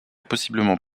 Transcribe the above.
possiblement